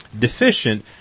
deficient